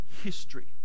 history